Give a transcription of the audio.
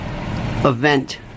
event